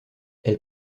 elle